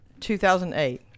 2008